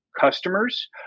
customers